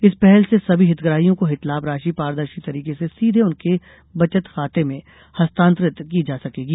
इस पहल से सभी हितग्राहियों को हितलाभ राशि पारदर्शी तरीके से सीधे उनके बचत खाते में हस्तातंरित की जासकेगी